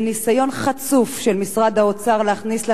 בניסיון חצוף של משרד האוצר להכניס לנו,